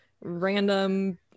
random